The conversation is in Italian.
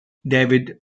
david